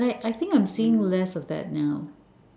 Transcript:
like I think I'm seeing less of that now